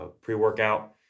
pre-workout